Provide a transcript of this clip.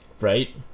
Right